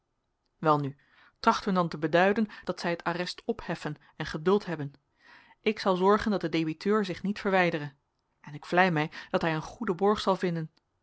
welnu tracht hun dan te beduiden dat zij het arrest opheffen en geduld hebben ik zal zorgen dat de debiteur zich niet verwijdere en ik vlei mij dat hij een goeden borg zal vinden